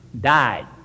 Died